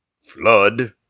Flood